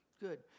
Good